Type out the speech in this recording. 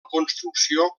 construcció